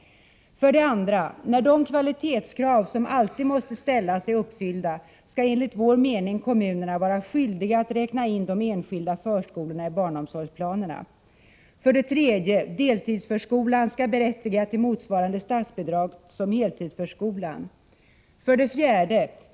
2. När de kvalitetskrav som alltid måste ställas är uppfyllda skall enligt vår mening kommunerna vara skyldiga att räkna in de enskilda förskolorna i barnomsorgsplanen. 4.